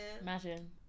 Imagine